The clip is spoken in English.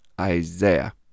Isaiah